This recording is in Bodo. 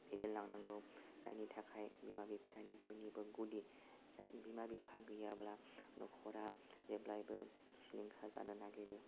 दैदेनलांनांगौ जायनि थाखाय बिमा बिफायानो बयनिबो गुदि बिमा बिफा गैयाब्ला नखरा जेब्लाबो सिलिंखार जानो नागिरो